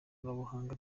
ikoranabuhanga